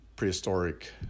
Prehistoric